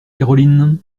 caroline